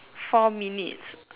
four minutes